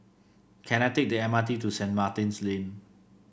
can I take the M R T to Saint Martin's Lane